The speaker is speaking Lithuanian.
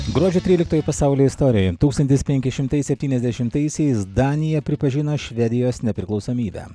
gruodžio tryliktoji pasaulio istorijoj tūkstantis penki šimtai septyniasdešimtaisiais danija pripažino švedijos nepriklausomybę